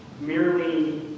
merely